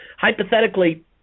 Hypothetically